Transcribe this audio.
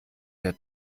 der